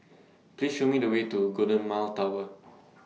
Please Show Me The Way to Golden Mile Tower